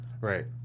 Right